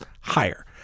higher